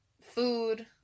food